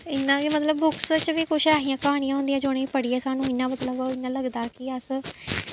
इ'यां गै मतलब बुक्स च कुछ ऐसियां क्हानियां होंदियां जि'नें गी पढ़ियै सानूं इ'यां मतलब इ'यां लगदा कि अस